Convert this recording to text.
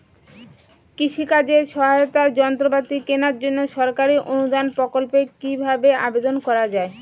কৃষি কাজে সহায়তার যন্ত্রপাতি কেনার জন্য সরকারি অনুদান প্রকল্পে কীভাবে আবেদন করা য়ায়?